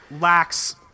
lacks